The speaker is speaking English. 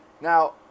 Now